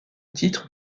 titre